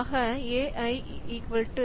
ஆகai bici